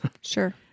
Sure